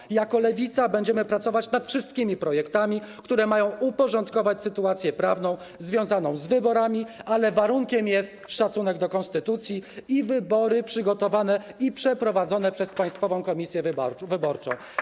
I jako Lewica będziemy pracować nad wszystkimi projektami, które mają uporządkować sytuację prawną związaną z wyborami, ale warunkiem jest szacunek do konstytucji i wybory przygotowane i przeprowadzone przez Państwową Komisję Wyborczą.